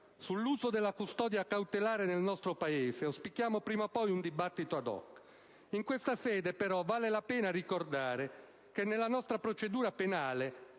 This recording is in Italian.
Sull'uso della custodia cautelare nel nostro Paese auspichiamo prima o poi un dibattito *ad hoc*. In questa sede vale, però, la pena ricordare che nella nostra procedura penale